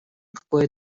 какое